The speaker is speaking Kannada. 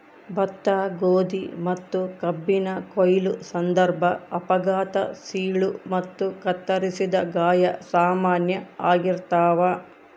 ಭತ್ತ ಗೋಧಿ ಮತ್ತುಕಬ್ಬಿನ ಕೊಯ್ಲು ಸಂದರ್ಭ ಅಪಘಾತ ಸೀಳು ಮತ್ತು ಕತ್ತರಿಸಿದ ಗಾಯ ಸಾಮಾನ್ಯ ಆಗಿರ್ತಾವ